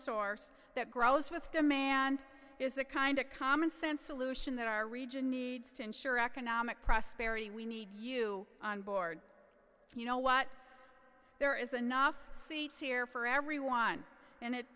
source that grows with demand is the kind of commonsense solutions that our region needs to ensure economic prosperity we need you on board you know what there is enough seats here for everyone and it